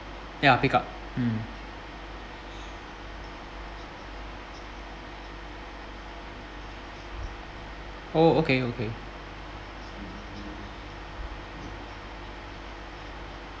ya pick up mm oh okay okay